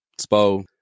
Spo